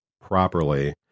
properly